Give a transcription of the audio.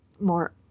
more